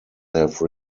have